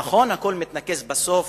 נכון, הכול מתנקז בסוף